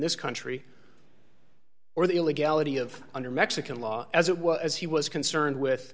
this country or the illegality of under mexican law as it was he was concerned with